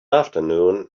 afternoon